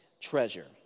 treasure